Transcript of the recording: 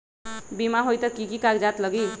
बिमा होई त कि की कागज़ात लगी?